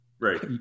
Right